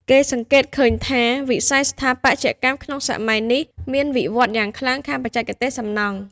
គេសង្កេតឃើញថា វិស័យស្ថាបត្យកម្មក្នុងសម័យនេះមាន វិវឌ្ឍន៍យ៉ាងខ្លាំងខាងបច្ចេកទេសសំណង់។